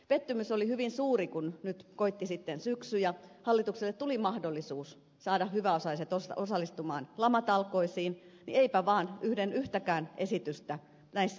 pettymys oli hyvin suuri kun nyt koitti sitten syksy ja hallitukselle tuli mahdollisuus saada hyväosaiset osallistumaan lamatalkoisiin niin eipä vain yhden yhtäkään tällaista esitystä näissä ole